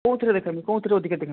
କୋଉଥିରେ ଦେଖିଛନ୍ତି କୋଉଥିରେ ଅଧିକା ଦେଲି